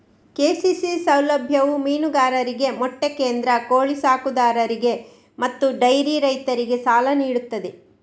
KCC ಸೌಲಭ್ಯವು ಮೀನುಗಾರರಿಗೆ, ಮೊಟ್ಟೆ ಕೇಂದ್ರ, ಕೋಳಿ ಸಾಕುದಾರರಿಗೆ ಮತ್ತು ಡೈರಿ ರೈತರಿಗೆ ಸಾಲ ನೀಡುತ್ತದೆ